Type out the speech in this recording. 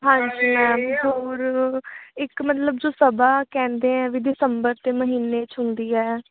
ਹਾਂਜੀ ਮੈਮ ਹੋਰ ਇੱਕ ਮਤਲਬ ਜੋ ਸਭਾ ਕਹਿੰਦੇ ਹੈ ਵੀ ਦਸੰਬਰ ਦੇ ਮਹੀਨੇ 'ਚ ਹੁੰਦੀ ਹੈ